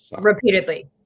Repeatedly